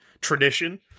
tradition